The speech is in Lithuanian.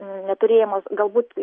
neturėjimas galbūt